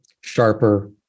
sharper